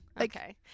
Okay